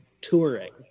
touring